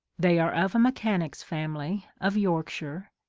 they are of a me chanic's family of yorkshire,